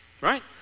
right